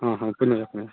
ହଁ ହଁ ପିନ୍ଧୁଛେ ପିନ୍ଧୁଛେ